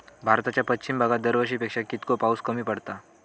भारताच्या पश्चिम भागात दरवर्षी पेक्षा कीतको पाऊस कमी पडता?